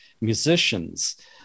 musicians